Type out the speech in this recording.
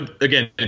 Again